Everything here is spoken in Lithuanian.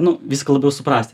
nu viską labiau suprasti